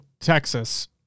Texas